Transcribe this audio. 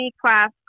class